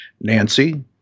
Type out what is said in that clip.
Nancy